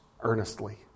earnestly